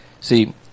See